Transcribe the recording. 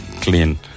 clean